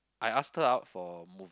I asked her out for movie